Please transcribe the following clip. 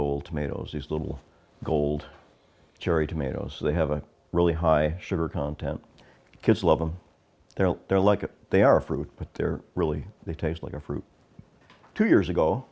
gold tomatoes these little gold cherry tomatoes they have a really high sugar content kids love them there they're like they are a fruit but they're really they taste like a fruit two years ago